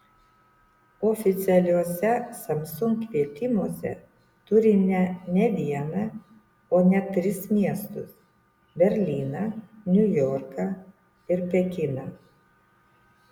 oficialiuose samsung kvietimuose turime ne vieną o net tris miestus berlyną niujorką ir pekiną